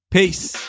Peace